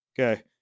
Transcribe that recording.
Okay